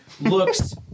looks